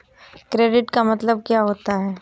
Credit का मतलब क्या होता है?